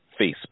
Facebook